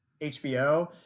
HBO